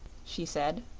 she said.